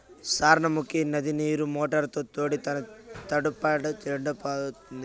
సార్నముకీ నది నీరు మోటారుతో తోడి చేను తడపబ్బా ఎండిపోతాంది